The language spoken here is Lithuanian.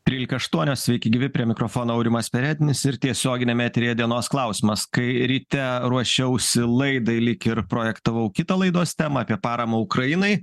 trylika aštuonios sveiki gyvi prie mikrofono aurimas perednis ir tiesioginiam eteryje dienos klausimas kai ryte ruošiausi laidai lyg ir projektavau kitą laidos temą apie paramą ukrainai